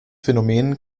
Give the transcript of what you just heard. phänomen